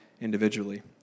individually